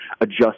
adjust